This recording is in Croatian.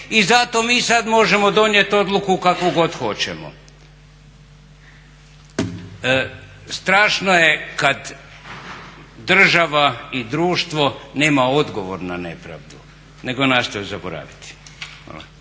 i zato mi sad možemo donijeti odluku kakvu god hoćemo. Strašno je kad država i društvo nema odgovor na nepravdu nego nastoji zaboraviti.